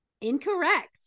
incorrect